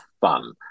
fun